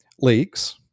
leaks